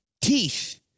Teeth